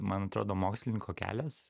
man atrodo mokslininko kelias